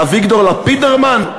אתה אביגדור לפידרמן?